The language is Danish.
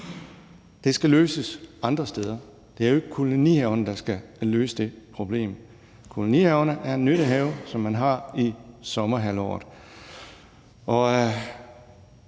skal løses andre steder. Det er jo ikke kolonihaverne, der skal løse det problem. En kolonihave er en nyttehave, som man har i sommerhalvåret. Jeg